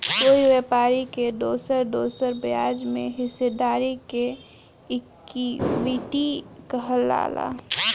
कोई व्यापारी के दोसर दोसर ब्याज में हिस्सेदारी के इक्विटी कहाला